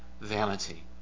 vanity